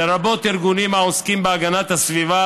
לרבות ארגונים העוסקים בהגנת הסביבה,